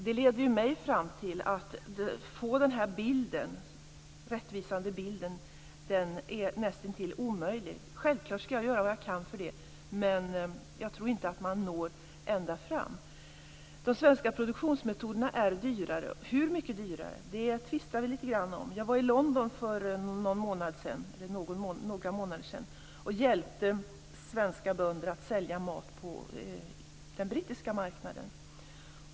Det leder mig fram till tanken att det är nästintill omöjligt att få en rättvisande bild. Självklart skall jag göra vad jag kan för det, men jag tror inte att man når ända fram. De svenska produktionsmetoderna är dyrare. Hur mycket dyrare tvistar vi lite grann om. Jag var i London för några månader sedan och hjälpte svenska bönder att sälja mat på den brittiska marknaden.